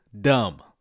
Dumb